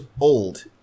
old